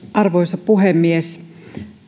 arvoisa puhemies